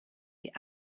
die